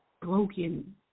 broken